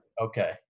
okay